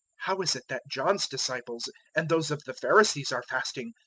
how is it that john's disciples and those of the pharisees are fasting,